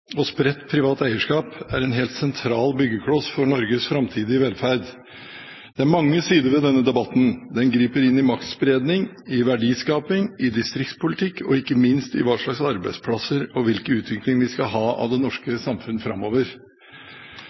og spredt privat eierskap er en helt sentral byggekloss for Norges framtidige velferd. Det er mange sider ved denne debatten. Den griper inn i maktspredning, i verdiskaping, i distriktspolitikk og ikke minst i hva slags arbeidsplasser og hvilken utvikling vi skal ha i det norske samfunn framover.